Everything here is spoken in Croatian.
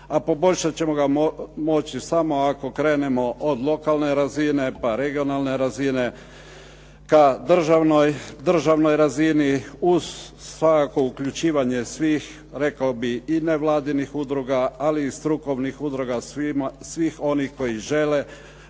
a poboljšat ćemo ga moći samo ako krenemo od lokalne razine, pa regionalne razine ka državnoj razini, uz svakako uključivanje svih rekao bih i nevladinih udruga, ali i strukovnih udruga svih onih koje žele